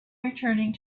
returning